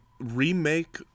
Remake